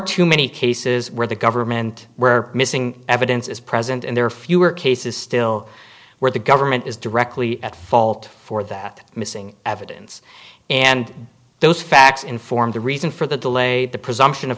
too many cases where the government where missing evidence is present and there are fewer cases still where the government is directly at fault for that missing evidence and those facts inform the reason for the delay the presumption of